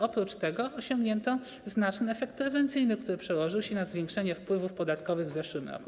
Oprócz tego osiągnięto znaczny efekt prewencyjny, który przełożył się na zwiększenie wpływów podatkowych w zeszłym roku.